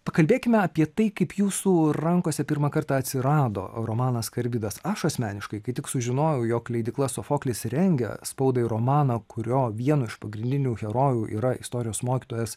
pakalbėkime apie tai kaip jūsų rankose pirmą kartą atsirado romanas karbidas aš asmeniškai kai tik sužinojau jog leidykla sofoklis rengia spaudai romaną kurio vienu iš pagrindinių herojų yra istorijos mokytojas